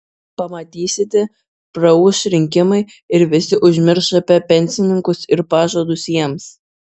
pamatysite praūš rinkimai ir visi užmirš apie pensininkus ir pažadus jiems